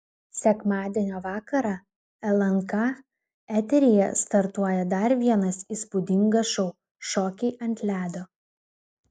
sekmadienio vakarą lnk eteryje startuoja dar vienas įspūdingas šou šokiai ant ledo